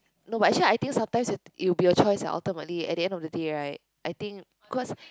no but actually I think sometimes it it will be a choice ultimately at the end of the day right I think cause